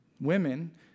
women